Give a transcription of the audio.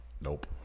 Nope